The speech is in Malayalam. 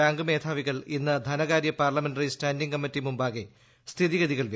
ബാങ്ക് മേധാവികൾ ഇന്ന് ധനകാര്യ പാർലമെന്ററി സ്റ്റാൻഡിങ് കമ്മിറ്റി മുൻപാകെ സ്ഥിതിഗതികൾ വിവരിക്കും